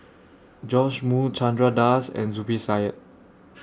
Joash Moo Chandra Das and Zubir Said